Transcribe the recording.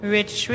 Rich